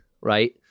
right